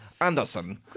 Anderson